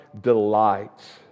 delights